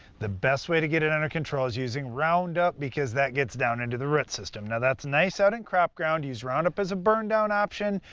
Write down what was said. the best way to get it under control is using roundup because that gets down into the root system. now, that's nice out in crop ground. use roundup as a burndown option.